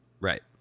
Right